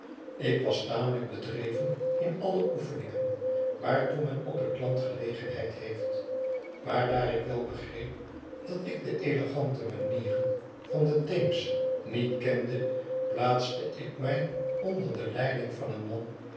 ik was tamelijk bedreven in alle oefeningen waartoe men op het land gelegenheid heeft maar daar ik wel begreep dat ik de elegante manieren van den theems niet kende plaatste ik mij onder de leiding van een man